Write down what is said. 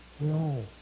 No